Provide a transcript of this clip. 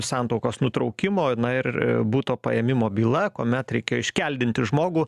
santuokos nutraukimo ir buto paėmimo byla kuomet reikėjo iškeldinti žmogų